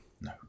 No